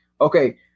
Okay